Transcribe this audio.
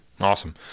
awesome